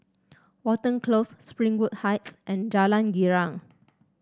Watten Close Springwood Heights and Jalan Girang